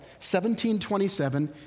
1727